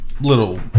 Little